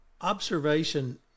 observation